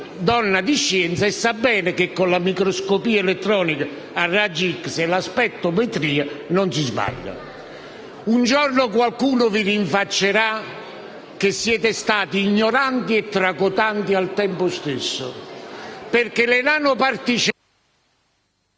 donna di scienza e sa bene che con la microscopia elettronica a raggi X e la spettrometria non si sbaglia. Un giorno qualcuno vi rinfaccerà che siete stati ignoranti e tracotanti al tempo stesso, perché le nanoparticelle...